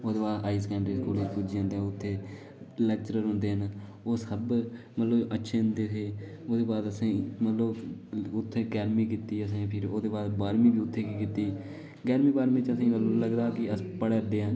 ओह्दे बाद high secondary स्कूलें च पुज्जी जंदे उत्थै लैकचरर होंदे न ओह् सब मतलब अच्छे होंदे हे ओह्दे बाद असेंगी मतलब उत्थै ग्यारमीं किती असें ते ओह्दे बाद बरह्मीं बी उत्थै कीती ग्यारमीं बारहमीं च असें गी लगदा हा कि अस पढ़ादे आं